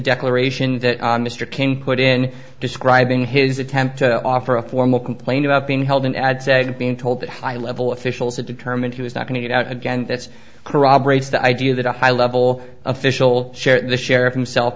declaration that mr cain put in describing his attempt to offer a formal complaint about being held in ad said being told that high level officials had determined he was not going to get out again that's corroborates the idea that a high level official share the sheriff himself